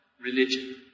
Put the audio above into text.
religion